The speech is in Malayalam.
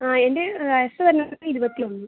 ആ എൻ്റെ വയസ്സ് വരുന്നത് ഇരുപത്തിയൊന്ന്